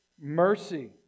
mercy